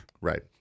Right